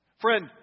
Friend